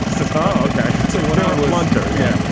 so so um ok. so what are we blunter? yeah.